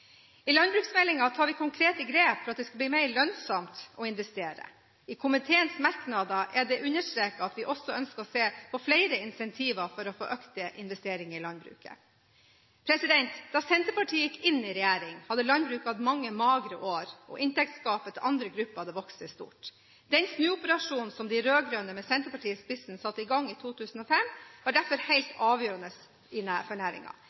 I landbruksmeldingen tar vi konkrete grep for at det skal bli mer lønnsomt å investere. I komiteens merknader er det understreket at vi også ønsker å se på flere incentiver for å få økte investeringer i landbruket. Da Senterpartiet gikk inn i regjering, hadde landbruket hatt mange magre år, og inntektsgapet til andre grupper hadde vokst seg stort. Den snuoperasjonen som de rød-grønne, med Senterpartiet i spissen, satte i gang i 2005, var derfor helt avgjørende for